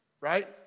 Right